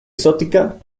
exótica